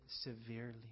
severely